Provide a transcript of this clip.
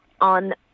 on